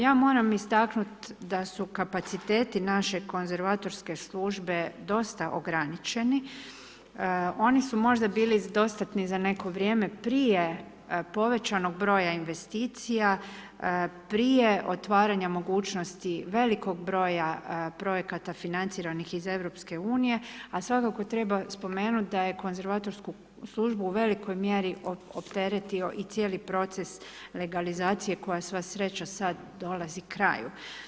Ja moram istaknuti da su kapaciteti naše konzervatorske službe dosta ograničeni, oni su možda bili dostatni za neko vrijeme prije povećanog broja investicija, prije otvaranja mogućnosti velikog broja projekata financiranih iz EU a svakako treba spomenuti da je konzervatorsku službu u velikoj mjeri opteretio i cijeli proces legalizacije koja sva sreća sad dolazi kraju.